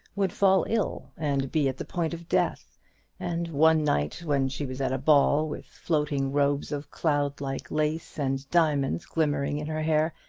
would fall ill, and be at the point of death and one night, when she was at a ball, with floating robes of cloud-like lace and diamonds glimmering in her hair,